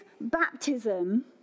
baptism